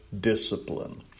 discipline